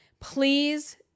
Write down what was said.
please